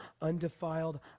undefiled